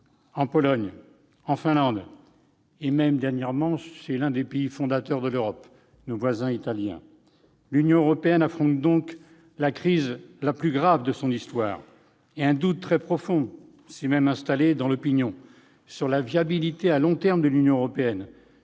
en Pologne, en Finlande et même, dernièrement, dans l'un des pays fondateurs de l'Union européenne, l'Italie. L'Union européenne affronte donc la crise la plus grave de son histoire, et un doute très profond s'est même fait jour dans l'opinion sur sa viabilité à long terme, son efficacité